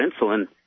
insulin